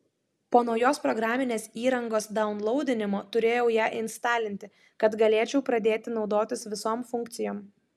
po naujos programinės įrangos daunlaudinimo turėjau ją instalinti kad galėčiau pradėti naudotis visom funkcijom